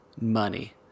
Money